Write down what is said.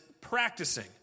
practicing